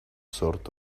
sort